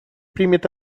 примет